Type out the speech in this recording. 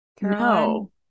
no